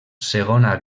segona